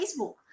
Facebook